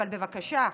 אבל בבקשה,